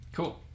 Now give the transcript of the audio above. Cool